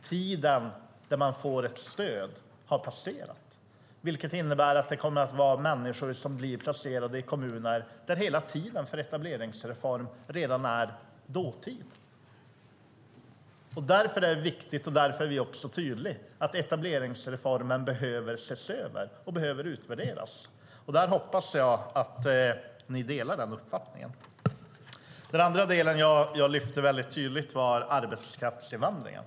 Tiden där man får ett stöd har passerat, vilket innebär att det kommer att finnas människor som placeras i kommuner där hela tiden för etableringsreform redan är dåtid. Därför är vi tydliga med att etableringsreformen behöver ses över och utvärderas. Jag hoppas att ni delar den uppfattningen. Vidare lyfte jag tydligt fram arbetskraftsinvandringen.